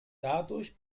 dadurch